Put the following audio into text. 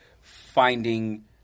finding